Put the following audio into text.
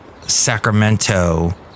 Sacramento